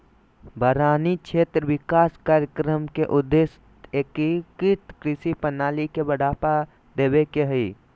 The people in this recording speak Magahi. वारानी क्षेत्र विकास कार्यक्रम के उद्देश्य एकीकृत कृषि प्रणाली के बढ़ावा देवे के हई